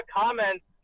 comments